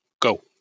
Go